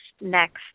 next